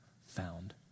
found